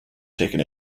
taken